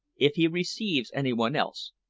if he receives anyone else,